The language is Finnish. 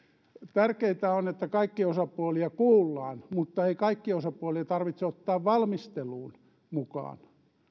tärkeintä on että kaikkia osapuolia kuullaan mutta ei kaikkia osapuolia tarvitse ottaa valmisteluun mukaan